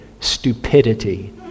Stupidity